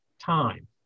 time